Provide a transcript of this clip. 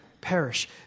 perish